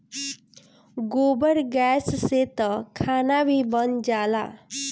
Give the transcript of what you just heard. गोबर गैस से तअ खाना भी बन जाला